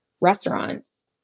restaurants